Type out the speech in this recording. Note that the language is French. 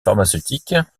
pharmaceutiques